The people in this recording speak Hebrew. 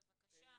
בבקשה,